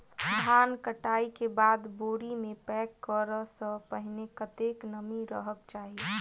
धान कटाई केँ बाद बोरी मे पैक करऽ सँ पहिने कत्ते नमी रहक चाहि?